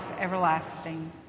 everlasting